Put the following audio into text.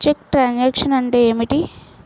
చెక్కు truncation అంటే ఏమిటి?